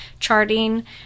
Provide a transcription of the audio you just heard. charting